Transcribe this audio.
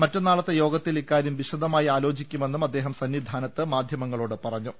മറ്റന്നാളത്തെ യോഗത്തിൽ ഇക്കാര്യം വിശദമായി ആലോചിക്കുമെന്നും അദ്ദേ ഹം സന്നിധാനത്ത് മാധ്യമങ്ങളോട് പറഞ്ഞു